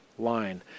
line